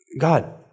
God